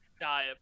die